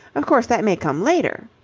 of course, that may come later,